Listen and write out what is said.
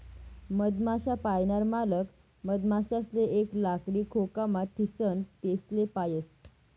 मधमाश्या पायनार मालक मधमाशासले एक लाकडी खोकामा ठीसन तेसले पायस